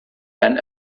than